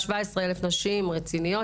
17,000 נשים רציניות.